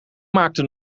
maakte